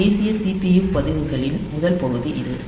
நாம் பேசிய CPU பதிவுகளின் முதல் பகுதி இது